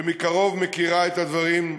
שמקרוב מכירה את הדברים,